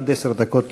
עד עשר דקות לרשותך.